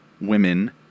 women